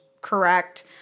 correct